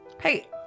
Hey